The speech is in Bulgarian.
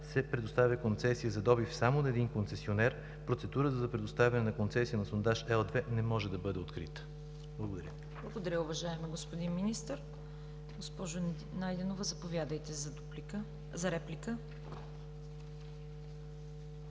се предоставя концесия за добив само на един концесионер, процедурата за предоставяне на концесия на сондаж Л-2 не може да бъде открита. Благодаря. ПРЕДСЕДАТЕЛ ЦВЕТА КАРАЯНЧЕВА: Благодаря, уважаеми господин Министър. Госпожо Найденова, заповядайте за реплика.